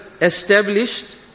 established